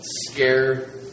scare